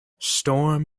storm